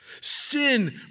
Sin